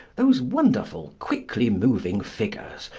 those wonderful quickly-moving figures,